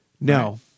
No